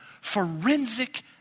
forensic